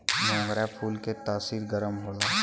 मोगरा फूल के तासीर गरम होला